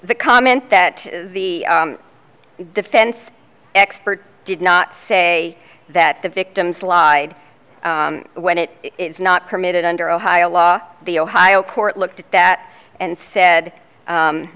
the comment that the defense expert did not say that the victims lied when it is not permitted under ohio law the ohio court looked at that and said